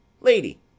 lady